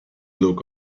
look